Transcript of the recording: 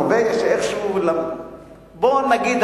בואו נגיד,